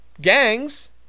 gangs